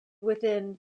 within